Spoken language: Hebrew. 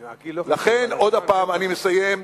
אני מסיים.